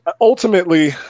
Ultimately